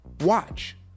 Watch